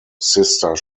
sister